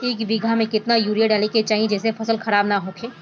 एक बीघा में केतना यूरिया डाले के चाहि जेसे फसल खराब ना होख?